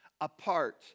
apart